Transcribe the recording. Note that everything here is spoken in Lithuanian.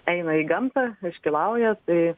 eina į gamtą iškylauja tai